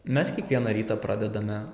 mes kiekvieną rytą pradedame